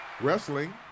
Wrestling